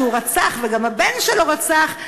כשהוא רצח וגם הבן שלו רצח,